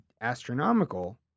astronomical